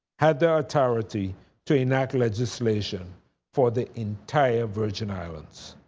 had the authority to enact legislation for the entire virgin islands.